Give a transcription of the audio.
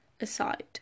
aside